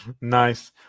Nice